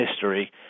history